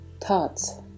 thoughts